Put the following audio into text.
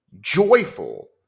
Joyful